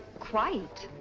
quite.